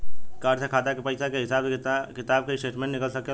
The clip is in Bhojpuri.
कार्ड से खाता के पइसा के हिसाब किताब के स्टेटमेंट निकल सकेलऽ?